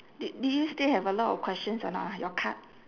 did do you still have a lot of questions on uh your card